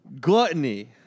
Gluttony